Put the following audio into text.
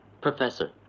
Professor